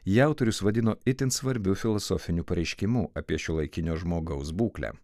ją autorius vadino itin svarbiu filosofiniu pareiškimu apie šiuolaikinio žmogaus būklę